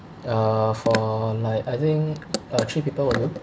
uh for like I think uh three people will do